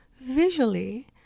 visually